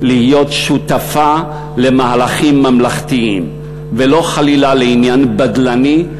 להיות שותפה למהלכים ממלכתיים ולא חלילה לעניין בדלני,